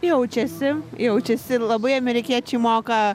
jaučiasi jaučiasi labai amerikiečiai moka